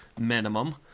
minimum